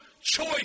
choice